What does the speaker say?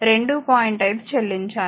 5 చెల్లించాలి